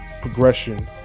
progression